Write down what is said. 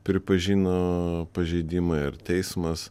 pripažino pažeidimą ir teismas